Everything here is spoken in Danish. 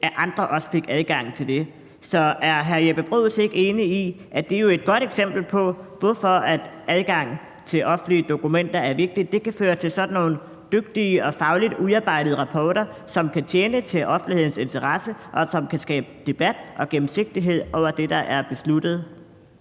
at andre også fik adgang til det. Så er hr. Jeppe Bruus ikke enig i, at det jo er et godt eksempel på, hvorfor adgang til offentlige dokumenter er vigtigt, da det kan føre til sådan nogle dygtige og fagligt udarbejdede rapporter, som kan tjene til offentlighedens interesse, og som kan skabe debat og gennemsigtighed i forhold til det, der er besluttet?